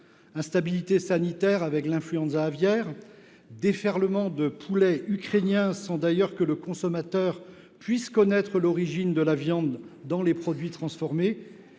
instabilité sanitaire, avec l’influenza aviaire ; elle subit un déferlement de poulets ukrainiens, sans d’ailleurs que le consommateur puisse connaître l’origine de la viande présente dans les produits transformés